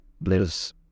bliss